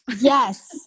Yes